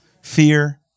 Fear